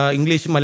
English